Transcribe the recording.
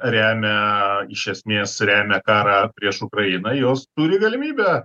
remia iš esmės remia karą prieš ukrainą jos turi galimybę